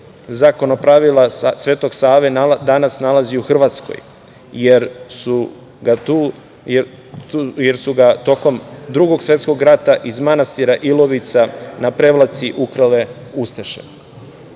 Zakonopravila Svetog Save danas nalazi u Hrvatskoj, jer su ga tokom Drugog svetskog rata iz manastira Ilovica na Prevlaci ukrale